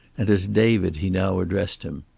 and as david he now addressed him.